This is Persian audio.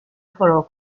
پرو